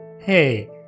Hey